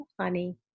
honey